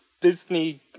Disney